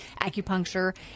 acupuncture